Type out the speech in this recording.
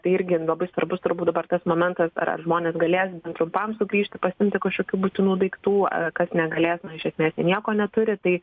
tai irgi labai svarbus turbūt dabar tas momentas ar žmonės galės trumpam sugrįžti pasiimti kažkokių būtinų daiktų kas negalės na iš esmės tai nieko neturi tai